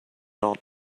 not